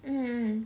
mmhmm